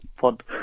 pod